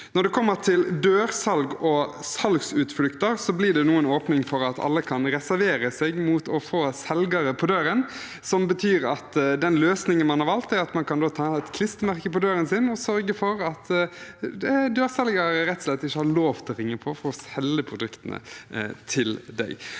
Når det gjelder dørsalg og salgsutflukter, blir det nå en åpning for at alle kan reservere seg mot å få selgere på døren. Den løsningen man har valgt, er at man kan sette et klistremerke på døren sin og sørge for at dørselgere rett og slett ikke har lov til å ringe på for å selge produktene.